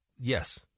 Yes